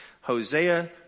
Hosea